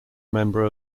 member